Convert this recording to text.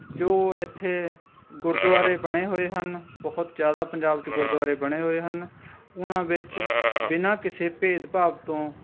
ਜੋ ਇੱਥੇ ਗੁਰਦੁਆਰੇ ਬਣੇ ਹੋਏ ਹਨ ਬਹੁਤ ਜ਼ਿਆਦਾ ਪੰਜਾਬ 'ਚ ਗੁਰਦੁਆਰੇ ਬਣੇ ਹੋਏ ਹਨ ਉਨ੍ਹਾਂ ਵਿੱਚ ਬਿਨਾਂ ਕਿਸੇ ਭੇਦ ਭਾਵ ਤੋਂ